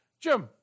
Jim